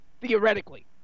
Theoretically